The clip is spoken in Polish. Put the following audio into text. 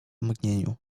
mgnieniu